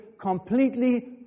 completely